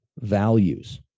values